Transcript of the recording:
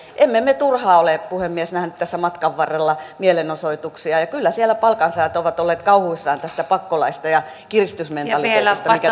emme me turhaan ole puhemies nähneet tässä matkan varrella mielenosoituksia ja kyllä siellä palkansaajat ovat olleet kauhuissaan tästä pakkolaista ja kiristysmentaliteetista mikä tässä on ollut